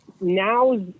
now